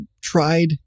tried